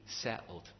settled